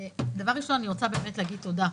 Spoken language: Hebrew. דבר ראשון אני רוצה להגיד תודה.